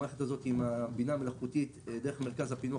המערכת הזאת עם הבינה המלאכותית דרך מרכז הפענוח